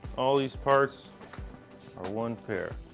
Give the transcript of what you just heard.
all these parts for one pair.